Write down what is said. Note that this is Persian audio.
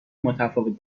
متفاوت